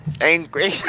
Angry